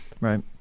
Right